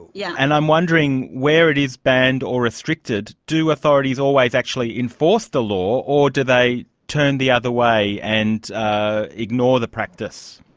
yeah and i'm wondering, where it is banned or restricted, do authorities always actually enforce the law or do they turn the other way and ignore the practice?